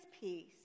peace